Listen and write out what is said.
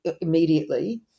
immediately